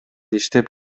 иштеп